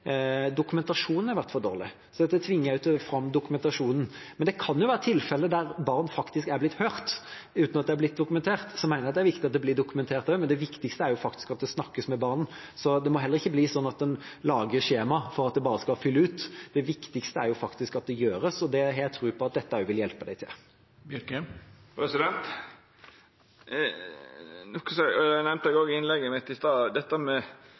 dokumentasjonen har vært for dårlig, så dette tvinger også fram dokumentasjon. Men det kan være tilfeller der barn faktisk er blitt hørt uten at det er blitt dokumentert. Jeg mener at det er viktig at det blir dokumentert også, men det viktigste er faktisk at det snakkes med barna, så det må heller ikke bli sånn at en lager skjema bare for at de skal fylles ut. Det viktigste er at det faktisk gjøres, og det har jeg tro på at dette også vil hjelpe dem til. Noko eg òg nemnde i innlegget mitt i stad, er dette